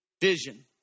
Vision